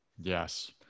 yes